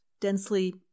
densely